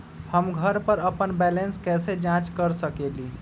हम घर पर अपन बैलेंस कैसे जाँच कर सकेली?